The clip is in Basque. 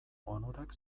onurak